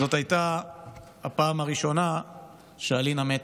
זאת הפעם הראשונה שאלינה מתה.